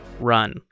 Run